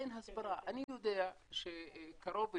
אני יודע שקרוב אלינו,